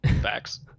Facts